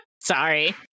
Sorry